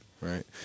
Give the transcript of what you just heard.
Right